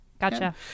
Gotcha